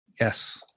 Yes